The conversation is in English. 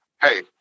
Hey